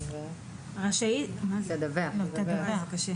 תדווח יחידת הפיקוח